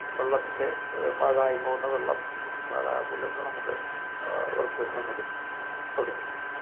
വെള്ളത്തിൻ്റെ പാഴായി പോകുന്ന വെള്ളം പാഴാകുന്നില്ലെന്ന് നമുക്ക് ഉറപ്പ് വരുത്താൻ പറ്റും